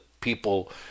people